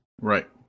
Right